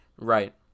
right